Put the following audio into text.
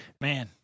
man